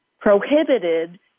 prohibited